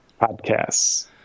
Podcasts